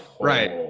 right